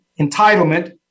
entitlement